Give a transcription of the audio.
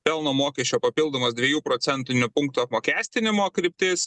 pelno mokesčio papildomas dviejų procentinių punktų apmokestinimo kryptis